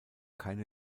keine